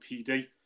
PD